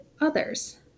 others